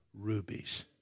rubies